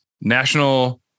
national